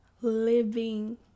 living